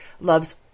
loves